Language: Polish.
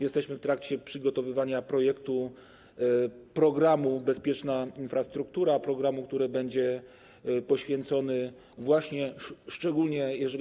Jesteśmy w trakcie przygotowywania projektu, programu „Bezpieczna infrastruktura” - programu, który będzie poświęcony właśnie szczególnie temu.